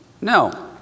No